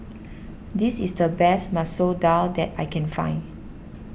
this is the best Masoor Dal that I can find